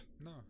no